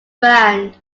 band